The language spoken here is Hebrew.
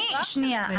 שנייה,